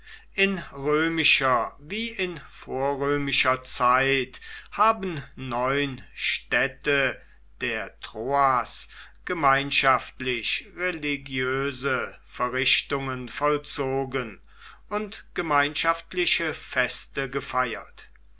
in römischer wie in vorrömischer zeit haben neun städte der troas gemeinschaftlich religiöse verrichtungen vollzogen und gemeinschaftliche feste gefeiert